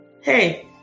Hey